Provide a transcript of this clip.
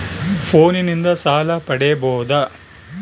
ಫೋನಿನಿಂದ ಸಾಲ ಪಡೇಬೋದ?